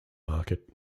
market